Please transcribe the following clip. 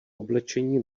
oblečení